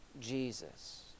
Jesus